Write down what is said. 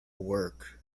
work